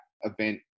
event